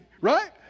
Right